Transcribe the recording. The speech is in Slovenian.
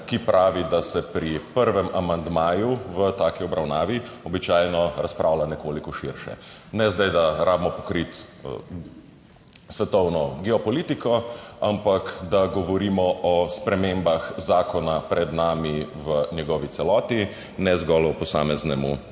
ki pravi, da se pri prvem amandmaju v taki obravnavi običajno razpravlja nekoliko širše. Ne zdaj, da rabimo pokriti svetovno geopolitiko, ampak da govorimo o spremembah zakona pred nami v njegovi celoti, ne zgolj o posameznem